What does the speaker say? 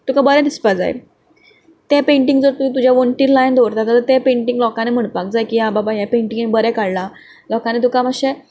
तुका बरें दिसपाक जाय तें पेंटींग तुवें जर तुज्या वण्टीर लावन दवरता जाल्यार तुजें पेंटींग लोकांनी म्हणपाक जाय आं बाबा हें पेंटींग बरें काडलां लोकांनी तुका मातशें